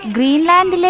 Greenland